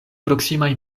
proksimaj